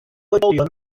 oedolion